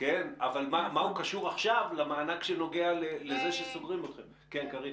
עכשיו למענק שנוגע לסגירה עקב קורונה?